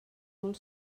molt